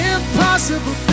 Impossible